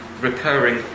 recurring